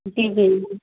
जी जी